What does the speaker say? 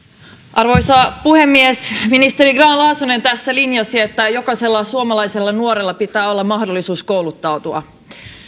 arvoisa puhemies ministeri grahn laasonen tässä linjasi että jokaisella suomalaisella nuorella pitää olla mahdollisuus kouluttautua